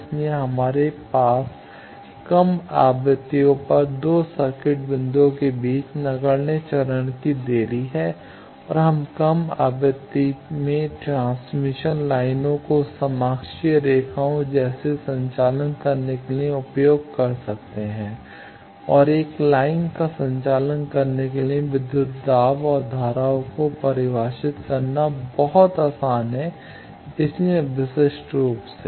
इसलिए हमारे पास कम आवृत्तियों पर 2 सर्किट बिंदुओं के बीच नगण्य चरण की देरी है और हम कम आवृत्ति में ट्रांसमिशन लाइनों को समाक्षीय रेखाओं जैसी संचालन करने के लिए उपयोग कर सकते हैं और एक लाइन का संचालन करने के लिए विद्युत दाब और धाराओं को परिभाषित करना बहुत आसान है इसलिए विशिष्ट रूप से